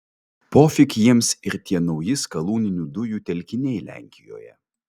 pofik jiems ir tie nauji skalūninių dujų telkiniai lenkijoje